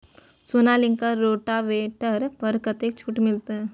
Sonalika rotavator पर कतेक छूट मिलते?